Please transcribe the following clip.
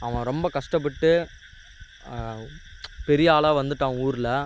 அவன் ரொம்ப கஷ்டப்பட்டு பெரியாளாக வந்துவிட்டான் ஊரில்